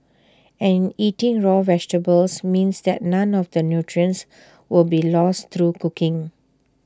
and eating raw vegetables means that none of the nutrients will be lost through cooking